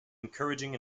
encouraging